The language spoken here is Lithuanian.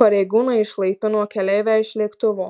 pareigūnai išlaipino keleivę iš lėktuvo